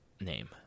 name